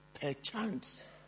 perchance